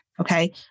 Okay